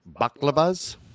baklavas